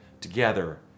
together